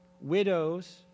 widows